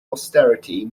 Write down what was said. austerity